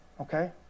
okay